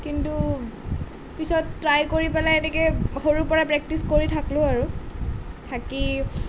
কিন্তু পিছত ট্ৰাই কৰি পেলাই এনেকৈ সৰুৰ পৰাই প্ৰেক্টিছ কৰি থাকিলোঁ আৰু থাকি